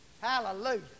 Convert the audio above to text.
Hallelujah